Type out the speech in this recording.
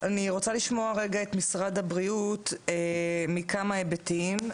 אני רוצה לשמוע רגע את משרד הבריאות מכמה היבטים,